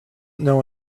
know